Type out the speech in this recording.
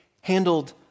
handled